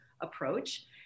approach